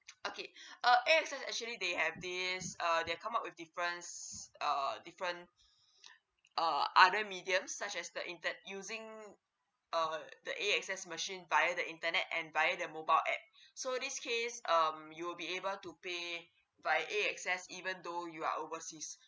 okay A_X_S actually they have this uh they come up with difference err different uh other mediums such as inter~ using uh the A_X_S machine via the internet and via the mobile app so this case um you will be able to pay via A_X_S even though you are overseas